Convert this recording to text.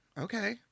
Okay